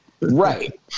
Right